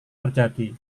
terjadi